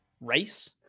race